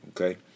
Okay